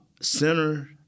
center